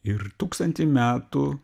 ir tūkstantį metų